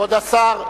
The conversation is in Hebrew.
כבוד השר.